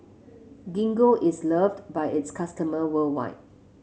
gingko is loved by its customers worldwide